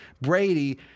Brady—